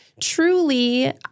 truly